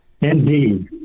Indeed